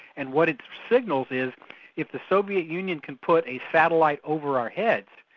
and what it signals is if the soviet union can put a satellite over our heads,